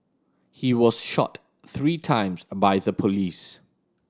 he was shot three times by the police